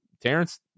Terrence